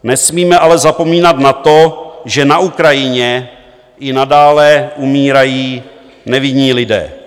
Nesmíme ale zapomínat na to, že na Ukrajině i nadále umírají nevinní lidé.